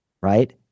Right